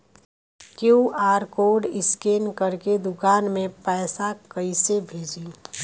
QR code scan करके दुकान में पैसा कइसे भेजी?